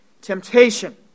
temptation